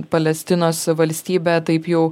palestinos valstybė taip jau